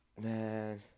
Man